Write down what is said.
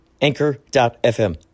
Anchor.fm